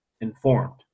informed